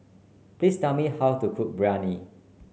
please tell me how to cook Biryani